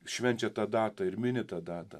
švenčia tą datą ir mini tą datą